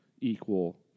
equal